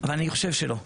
אני חושב שלא.